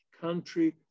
country